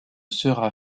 sera